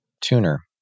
tuner